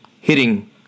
hitting